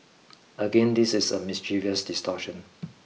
again this is a mischievous distortion